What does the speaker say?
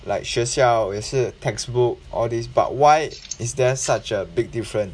like 学校也是 textbook all these but why is there such a big different